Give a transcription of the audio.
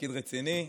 תפקיד רציני.